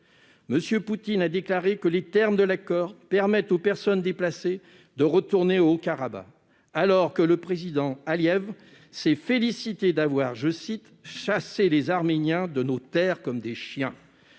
M. Poutine a déclaré que les termes de l'accord permettent aux personnes déplacées de retourner au Haut-Karabakh, alors que le président Aliev s'est félicité d'avoir « chassé les Arméniens de nos terres comme des chiens ».